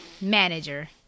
manager